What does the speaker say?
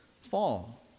fall